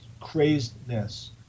craziness